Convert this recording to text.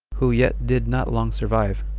who yet did not long survive,